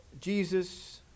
Jesus